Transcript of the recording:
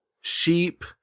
sheep